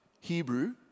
Hebrew